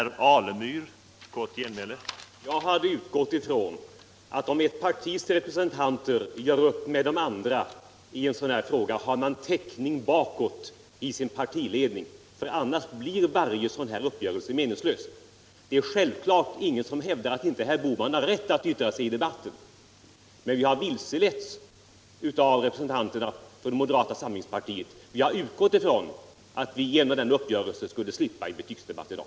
Herr talman! Jag har utgått ifrån att om ett partis representanter gör upp med de andra i en sådan här fråga, så har vederbörande täckning bakåt i sin partiledning, för annars blir varje uppgörelse av detta slag meningslös. Det är självklart ingen som hävdar att herr Bohman inte har rätt att yttra sig i debatten, men här har vi tydligen vilseletts av representanterna för moderata samlingspartiet, när vi har utgått ifrån att vi genom den uppgörelse som träffats skulle slippa en betygsdebatt i dag.